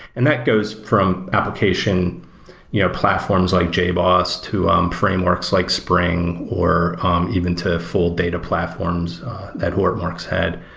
and that goes from application yeah platforms like jboss, to um frameworks like spring, or um even to full data platforms that hortonworks had.